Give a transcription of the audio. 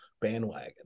bandwagon